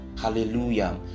hallelujah